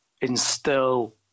instill